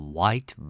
White